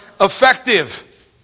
effective